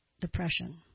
depression